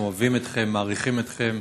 אנחנו אוהבים אתכם, מעריכים אתכם